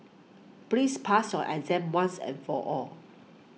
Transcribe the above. please pass your exam once and for all